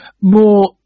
more